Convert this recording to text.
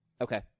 Okay